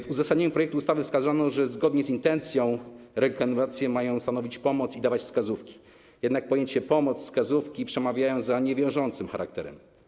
W uzasadnieniu projektu ustawy wskazano, że zgodnie z intencją rekomendacje mają stanowić pomoc i dawać wskazówki, jednak pojęcia „pomoc” i „wskazówki” przemawiają za niewiążącym charakterem.